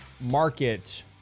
market